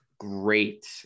great